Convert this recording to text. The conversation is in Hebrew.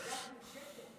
היד מושטת.